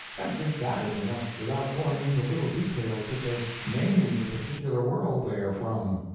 and think that is enough without going into little details such as naming the particular world they are from.